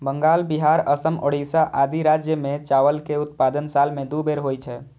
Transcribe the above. बंगाल, बिहार, असम, ओड़िशा आदि राज्य मे चावल के उत्पादन साल मे दू बेर होइ छै